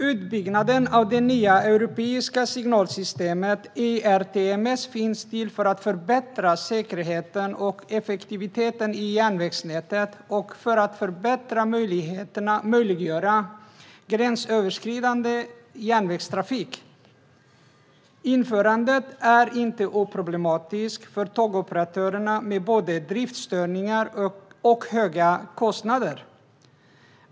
Utbyggnaden av det nya europeiska signalsystemet ERTMS sker för att förbättra säkerheten och effektiviteten i järnvägsnätet och för att möjliggöra gränsöverskridande järnvägstrafik. Införandet är inte oproblematiskt för tågoperatörerna, med både driftsstörningar och höga kostnader.